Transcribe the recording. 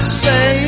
say